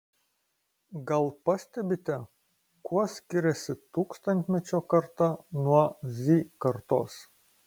gal pastebite kuo skiriasi tūkstantmečio karta nuo z kartos